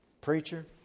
Preacher